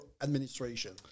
administration